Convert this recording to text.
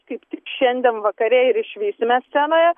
kaip tik šiandien vakare ir išvysime scenoje